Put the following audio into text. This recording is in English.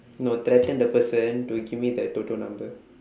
no threaten the person to give me the toto number